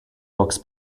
books